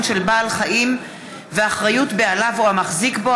של בעל חיים ואחריות בעליו או המחזיק בו,